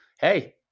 Hey